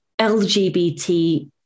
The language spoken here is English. LGBT